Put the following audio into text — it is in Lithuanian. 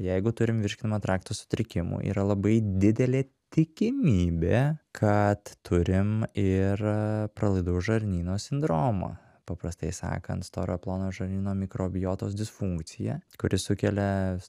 jeigu turim virškinimo trakto sutrikimų yra labai didelė tikimybė kad turim ir pralaidaus žarnyno sindromą paprastai sakant storo plono žarnyno mikrobiotos disfunkciją kuri sukelia